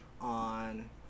on